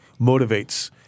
motivates